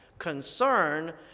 concern